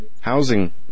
housing